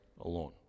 alone